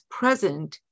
present